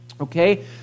Okay